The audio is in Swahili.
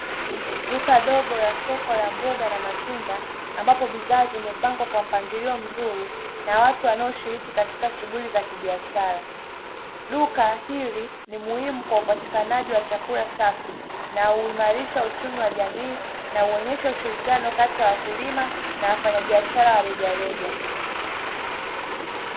Duka dogo la soko la mboga na matunda ambapo bidhaa zimepangwa kwa mpangilio mzuri na watu wanaoshiriki katika shughuli za kibiashara; duka hili ni muhimu kwa upatikanaji wa chakula safi na huimarisha uchumi wa jamii na huonyesha ushirikiano wa wakulima na wafanya biashara wa rejareja.